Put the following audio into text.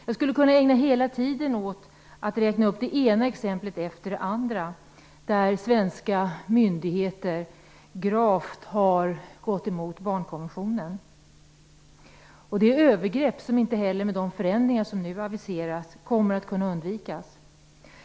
Jag skulle kunna ägna hela mitt anförande åt att räkna upp det ena exemplet efter det andra, där svenska myndigheter gravt har förbisett barnkonventionen. Det är fråga om övergrepp som inte heller med de förändringar som nu aviseras kommer att kunna undvikas.